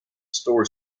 store